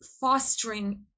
fostering